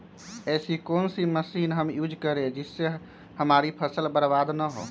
ऐसी कौन सी मशीन हम यूज करें जिससे हमारी फसल बर्बाद ना हो?